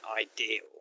ideal